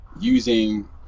using